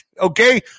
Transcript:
okay